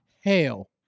hail